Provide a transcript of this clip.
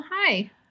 hi